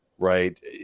right